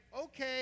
okay